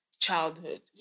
childhood